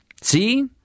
See